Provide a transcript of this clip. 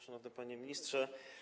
Szanowny Panie Ministrze!